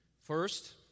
First